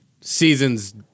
seasons